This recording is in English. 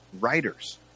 writers